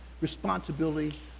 responsibility